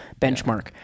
benchmark